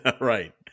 Right